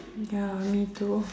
ya me too